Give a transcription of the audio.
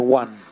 one